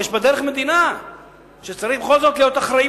יש בדרך מדינה וצריך בכל זאת להיות אחראיים